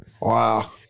Wow